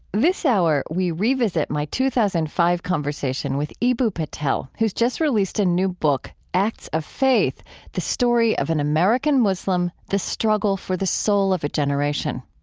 this hour, we revisit my two thousand and five conversation with eboo patel, who's just released a new book, acts of faith the story of an american muslim, the struggle for the soul of a generation.